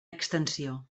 extensió